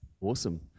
Awesome